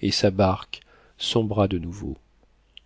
et sa barque sombra de nouveau